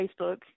Facebook